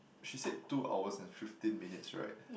she said two hours and fifteen minutes right